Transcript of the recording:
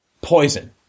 poison